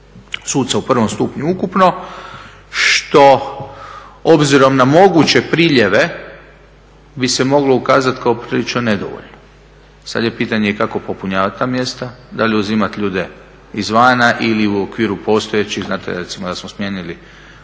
suca u prvom stupnju ukupno što obzirom na moguće priljeve bi se moglo ukazati kao prilično nedovoljno. Sada je pitanje i kako popunjavati ta mjesta, da li uzimati ljude izvana ili u okviru postojećih, znate recimo